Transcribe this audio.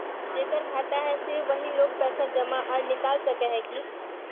जेकर खाता है सिर्फ वही लोग पैसा जमा आर निकाल सके है की?